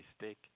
mistake